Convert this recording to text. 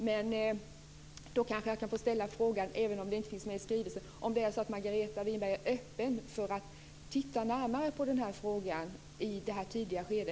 Men då kanske jag kan få ställa frågan, även om den inte finns med i skrivelsen, om det är så att Margareta Winberg är öppen för att titta närmare på den här frågan i detta tidiga skede.